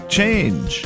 change